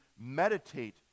meditate